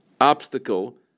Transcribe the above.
obstacle